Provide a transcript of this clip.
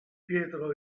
pietro